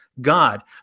god